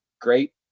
great